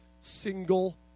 single